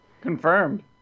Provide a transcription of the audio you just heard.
Confirmed